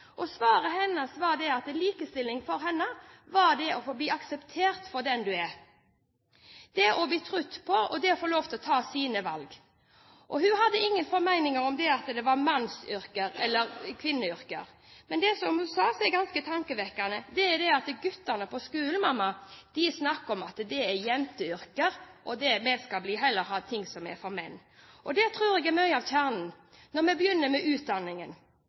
her. Svaret hennes var at likestilling for henne var det å bli akseptert for den du er – det å bli trodd på og det å få lov til å ta sine valg. Hun hadde ingen formeninger om at det var mannsyrker eller kvinneyrker. Men det hun sa, som er ganske tankevekkende, er: Guttene på skolen, mamma, snakker om at det er jenteyrker, og vil heller ha ting som er for menn. Det tror jeg er mye av kjernen når vi begynner med utdanningen.